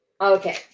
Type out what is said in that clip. Okay